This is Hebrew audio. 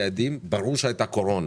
ברור שהייתה קורונה